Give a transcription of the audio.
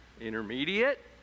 Intermediate